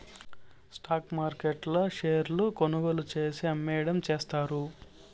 stock మార్కెట్ల షేర్లు కొనుగోలు చేసి, అమ్మేయడం చేస్తండారు